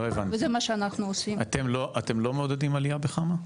לא הבנתי, אתם לא מעודדים עלייה בחמה?